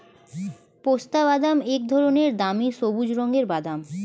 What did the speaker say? পেস্তাবাদাম এক ধরনের দামি সবুজ রঙের বাদাম